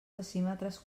decímetres